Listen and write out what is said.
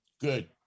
Good